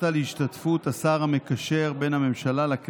זה אלייך כגנבת קולות, כמו יושב-ראש המפלגה שלך.